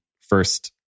first